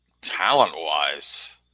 talent-wise